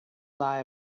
lie